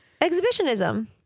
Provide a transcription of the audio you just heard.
Exhibitionism